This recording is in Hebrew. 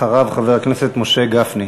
אחריו, חבר הכנסת משה גפני.